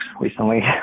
recently